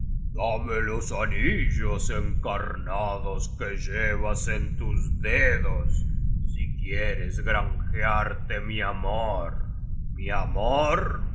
los anillos encarnados que llevas en tus dedos si quieres granjearte mi amor mi amor